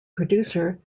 producer